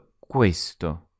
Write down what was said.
questo